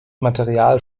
material